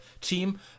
team